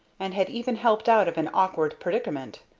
and had even helped out of an awkward predicament.